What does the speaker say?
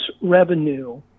revenue